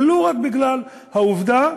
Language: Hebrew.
ולו רק בגלל העובדה